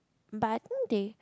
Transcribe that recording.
but I think they